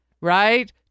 right